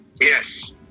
Yes